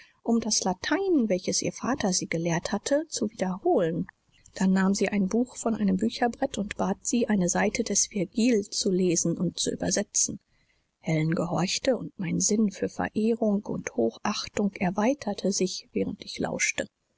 um das latein welches ihr vater sie gelehrt hatte zu wiederholen dann nahm sie ein buch von einem bücherbrett und bat sie eine seite des virgil zu lesen und zu übersetzen helen gehorchte und mein sinn für verehrung und hochachtung erweiterte sich während ich lauschte